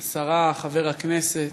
השרה, חבר הכנסת,